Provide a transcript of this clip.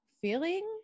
feeling